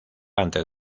antes